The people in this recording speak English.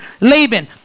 Laban